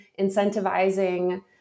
incentivizing